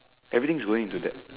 everything is going into depth